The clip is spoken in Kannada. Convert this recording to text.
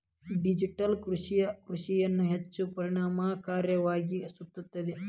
ಡಿಜಿಟಲ್ ಕೃಷಿಯೇ ಕೃಷಿಯನ್ನು ಹೆಚ್ಚು ಪರಿಣಾಮಕಾರಿಯಾಗಿಸುತ್ತದೆ